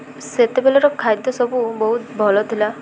ସେତେବେଳର ଖାଦ୍ୟ ସବୁ ବହୁତ ଭଲ ଥିଲା